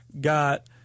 got